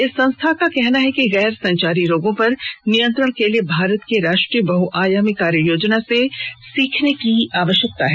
इस संस्था का कहना है कि गैर संचारी रोगों पर नियंत्रण के लिए भारत के राष्ट्रीय बहआयामी कार्ययोजना से सीखने की आवश्यकता है